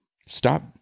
Stop